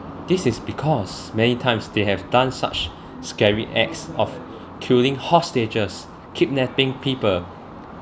this is because many times they have done such scary acts of killing hostages kidnapping people